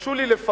תרשו לי לפקפק